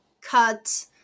cut